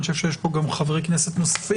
אני חושב שיש פה גם חברי כנסת נוספים,